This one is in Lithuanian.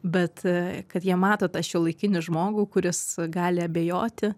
bet kad jie mato tą šiuolaikinį žmogų kuris gali abejoti